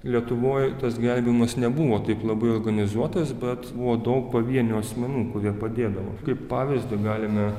lietuvoj tas gelbėjimas nebuvo taip labai organizuotas bet buvo daug pavienių asmenų kurie padėdavo kaip pavyzdį galime